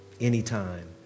anytime